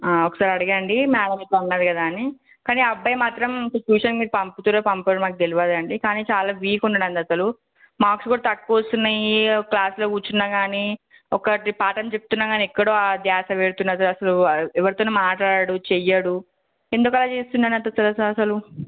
ఒకసారి అడగండి మేడమ్ ఇట్లా అన్నది కదా అని కానీ ఆ అబ్బాయి మాత్రం సిచ్యుయేషన్ మీరు పంపుతారో పంపరో నాకు తెలియదు అండి కానీ చాలా వీక్ ఉన్నాడు అండి అసలు మార్క్స్ కూడా తక్కువ వస్తున్నాయి క్లాస్లో కూర్చున్నా కానీ ఒకటి పాఠం చెప్తున్నాను కానీ ఎక్కడో ధ్యాస పెడుతున్నాడు అసలు ఎవరితోనూ మాట్లాడడు చేయడు ఎందుకు అలా చేస్తున్నాడు అట్లా తన అసలు